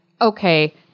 Okay